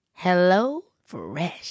HelloFresh